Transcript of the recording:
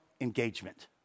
engagement